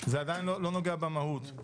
זה עדיין לא נוגע במהות.